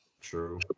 True